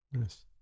Yes